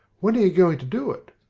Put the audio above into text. when are you going to do it?